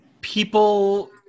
People